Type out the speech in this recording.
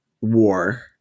War